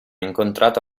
incontrato